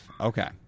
Okay